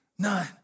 None